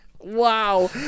Wow